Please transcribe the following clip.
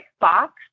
box